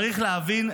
צריך להבין,